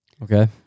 Okay